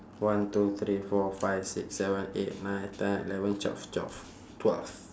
one two three four five six seven eight nine ten eleven twelve twelve twelve